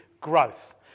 growth